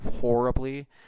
horribly